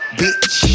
bitch